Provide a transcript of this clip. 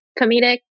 comedic